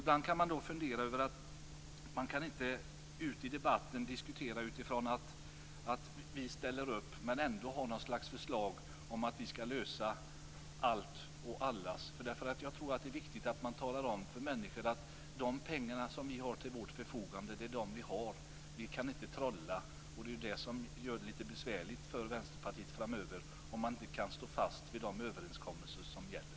Ibland kan man fundera över att man ju inte i debatten kan diskutera utifrån att vi ställer upp, men ändå ha något slags förslag om att vi skall lösa allt för alla. Jag tror att det är viktigt att man talar om att de pengar vi har till vårt förfogande är de vi har. Vi kan inte trolla. Det gör det lite besvärligt för Vänsterpartiet framöver om man inte kan stå fast vid de överenskommelser som gäller.